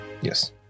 yes